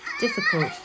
difficult